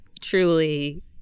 truly